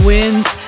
Wins